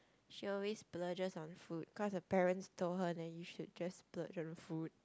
she always splurges on food because the parents told her that you should just splurge on food